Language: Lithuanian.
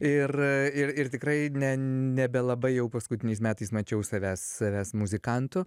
ir ir ir tikrai ne nebelabai jau paskutiniais metais mačiau savęs savęs muzikantu